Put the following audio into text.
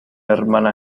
hermana